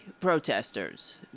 protesters